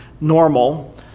normal